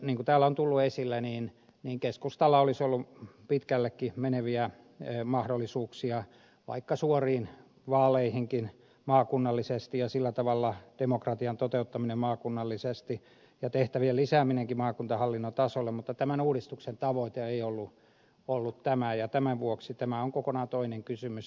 niin kuin täällä on tullut esille keskustalla olisi ollut mahdollisuuksia pitkällekin meneviin uudistuksiin vaikka suoriin vaaleihinkin maakunnallisesti ja sillä tavalla demokratian toteuttamiseen maakunnallisesti ja tehtävien lisäämiseenkin maakuntahallinnon tasolla mutta tämän uudistuksen tavoite ei ollut tämä ja tämän vuoksi se on kokonaan toinen kysymys